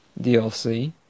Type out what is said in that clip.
DLC